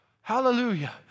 Hallelujah